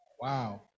Wow